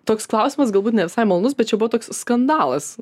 toks klausimas galbūt ne visai malonus bet čia buvo toks skandalas